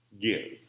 give